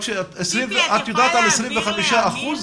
יודעת על 25 אחוזים?